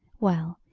well,